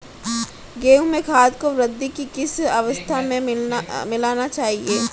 गेहूँ में खाद को वृद्धि की किस अवस्था में मिलाना चाहिए?